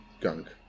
gunk